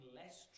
less